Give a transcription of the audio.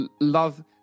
love